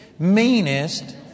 Meanest